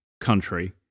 country